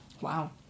wow